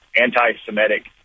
anti-Semitic